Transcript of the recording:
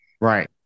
Right